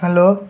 hello